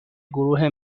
گروه